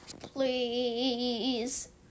please